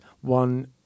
one